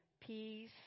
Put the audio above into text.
peace